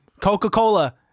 Coca-Cola